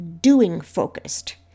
doing-focused